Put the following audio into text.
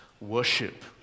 worship